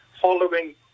following